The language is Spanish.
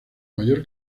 mayor